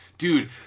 Dude